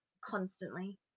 constantly